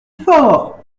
fort